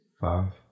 Five